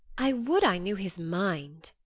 i would i knew his mind.